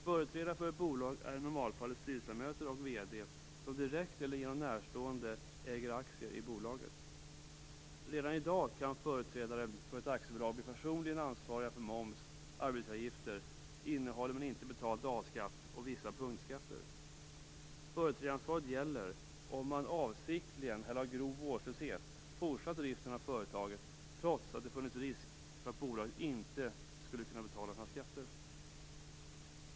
Företrädare för ett bolag är i normalfallet styrelseledamöter och VD, som direkt eller genom närstående äger aktier i bolaget. Redan i dag kan företrädare för ett aktiebolag personligen bli ansvariga för moms, arbetsgivaravgifter, innehållen men inte betald A-skatt samt vissa punktskatter. Företrädaransvaret gäller om man avsiktligt eller av grov vårdslöshet fortsatt driften av företaget, trots att risken funnits att bolaget inte skulle kunna betala sina skatter.